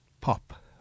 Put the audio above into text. Pop